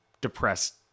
depressed